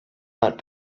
not